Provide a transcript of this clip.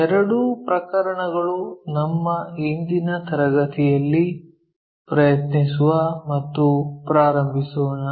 ಎರಡೂ ಪ್ರಕರಣಗಳು ನಮ್ಮ ಇಂದಿನ ತರಗತಿಯಲ್ಲಿ ಪ್ರಯತ್ನಿಸುವ ಮತ್ತು ಪ್ರಾರಂಭಿಸೋಣ